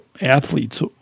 athletes